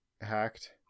hacked